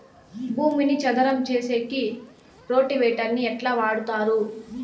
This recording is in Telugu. భూమిని చదరం సేసేకి రోటివేటర్ ని ఎట్లా వాడుతారు?